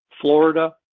Florida